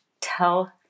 tell